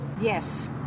Yes